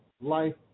life